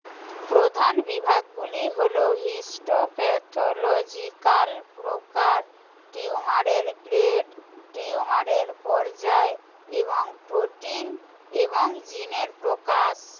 প্রধান বিভাগগুলি হলো হিস্টোপ্যাথোলজিকাল প্রকার টিউমারের গ্রেড টিউমারের পর্যায় এবং প্রোটিন এবং জিনের প্রকাশ